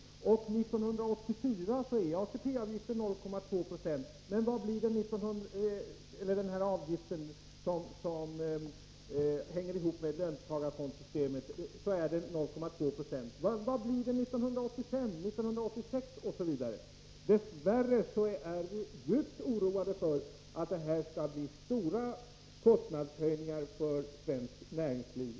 1984 är den avgift som hänger ihop med löntagarfondssystemet 0,2 26. Men vad blir den 1985, 1986, osv?. Dess värre är vi djupt oroade för att det i fortsättningen skall bli stora kostnadshöjningar för svenskt näringsliv.